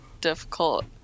difficult